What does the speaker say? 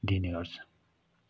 दिने गर्छ